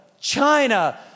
China